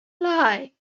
lie